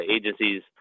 agencies